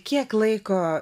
kiek laiko